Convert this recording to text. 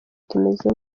tumeze